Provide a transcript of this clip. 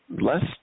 less